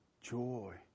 joy